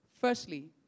Firstly